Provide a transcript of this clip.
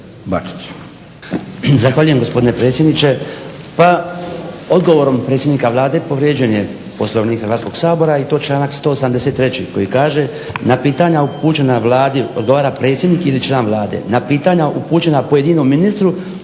Zahvaljujem gospodine predsjedniče. Pa, odgovorom predsjednika Vlade povrijeđen je Poslovnik Hrvatskoga sabora i to članak 183. koji kaže, na pitanja upućena Vladi odgovara predsjednik ili član Vlade, na pitanja upućena pojedinom ministru